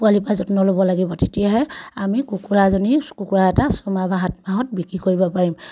পোৱালিৰপৰা যত্ন ল'ব লাগিব তেতিয়াহে আমি কুকুৰাজনী কুকুৰা এটা ছমাহ বা সাত মাহত বিক্ৰী কৰিব পাৰিম